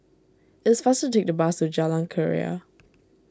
it's faster to take the bus to Jalan Keria